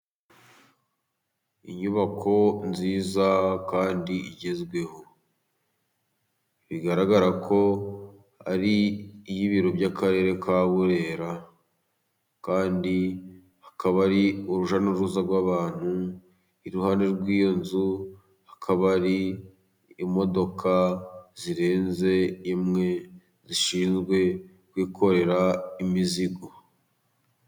Inyubako nziza kandi igezweho, bigaragara ko ari iy'ibiro by'Akarere ka Burera, kandi hakaba ari urujya n'uruza rw'abantu, iruhande rw'iyo nzu hakaba hari imodoka zirenze imwe, zishinzwe kwikorera imizigo.